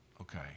okay